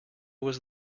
was